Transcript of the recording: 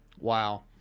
Wow